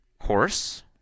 Horse